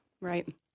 right